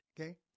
okay